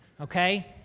okay